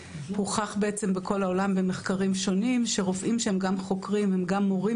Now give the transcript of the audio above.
הוכח בעצם בכל העולם במחקרים שונים שרופאים שהם גם חוקרים הם גם מורים